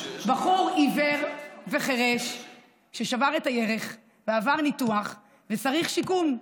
בחור עיוור וחירש ששבר את הירך ועבר ניתוח וצריך שיקום,